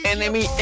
Enemy